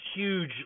huge